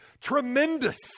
Tremendous